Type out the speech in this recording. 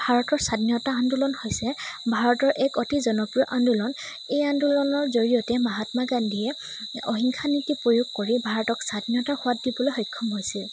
ভাৰতৰ স্বাধীনতা আন্দোলন হৈছে ভাৰতৰ এক অতি জনপ্ৰিয় আন্দোলন এই আন্দোলনৰ জৰিয়তে মহাত্মা গান্ধীয়ে অহিংসা নীতি প্ৰয়োগ কৰি ভাৰতক স্বাধীনতা সোৱাদ দিবলৈ সক্ষম হৈছিল